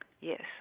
Yes